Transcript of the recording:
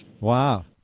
Wow